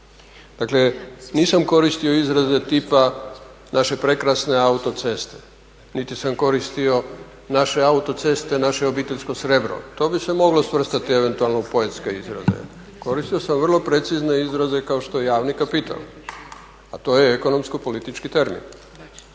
Dakle, nisam koristio izraze tipa naše prekrasne autoceste niti sam koristio naše autoceste, naše obiteljsko srebro. To bi se moglo svrstati eventualno u poetske izraze. Koristio sam vrlo precizne izraze kao što je javni kapital, a to je ekonomsko politički termin